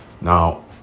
Now